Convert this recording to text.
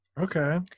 Okay